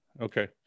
Okay